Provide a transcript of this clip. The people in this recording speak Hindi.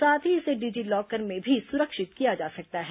साथ ही इसे डिजी लॉकर में भी सुरक्षित किया जा सकता है